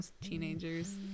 teenagers